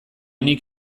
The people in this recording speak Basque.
nik